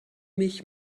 mich